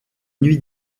nuits